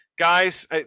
Guys